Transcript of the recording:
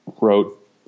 wrote